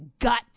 gut